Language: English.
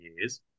years